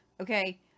Okay